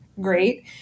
great